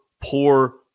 poor